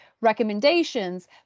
recommendations